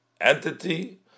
entity